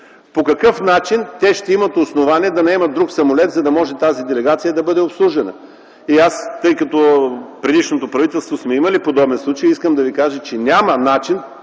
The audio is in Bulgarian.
по какъв начин те ще имат основание да наемат друг самолет, за да може тази делегация да бъде обслужена? Тъй като в предишното правителство сме имали подобен случай искам да ви кажа, че няма начин